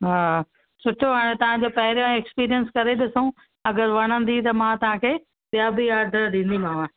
हा सुठो आहे तव्हांजो पहिरियों एक्सपीरियंस करे ॾिसूं अगरि वणंदी त मां तव्हांखे ॿिया बि ऑडर ॾींदीमाव